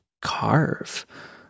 carve